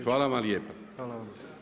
Hvala vam lijepa.